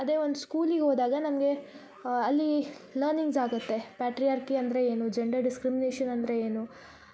ಈಗ ಒಂದು ಸ್ಕೂಲಿಗ ಹೋದಾಗ ನಮಗೆ ಅಲ್ಲಿ ಲರ್ನಿಂಗ್ಸ್ ಆಗತ್ತೆ ಪ್ಯಾಟ್ರಿಯಾರ್ಕಿ ಅಂದರೆ ಏನು ಜಂಡರ್ ಡಿಸ್ಕ್ರಿಮಿನೇಷನ್ ಅಂದರೆ ಏನು